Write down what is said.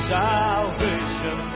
salvation